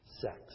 sex